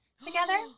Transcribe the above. together